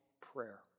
prayer